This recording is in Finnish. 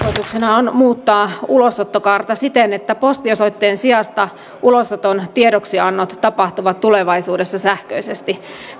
tarkoituksena on muuttaa ulosottokaarta siten että postiosoitteen sijasta ulosoton tiedoksiannot tapahtuvat tulevaisuudessa sähköisesti